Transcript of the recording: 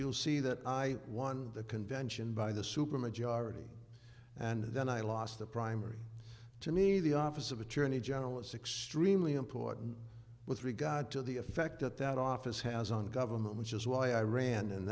you'll see that i won the convention by the supermajority and then i lost the primary to me the office of attorney general is extremely important with regard to the effect that that office has on government which is why i ran and